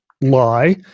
lie